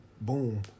boom